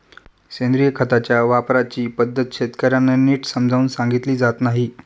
सेंद्रिय खताच्या वापराची पद्धत शेतकर्यांना नीट समजावून सांगितली जात नाही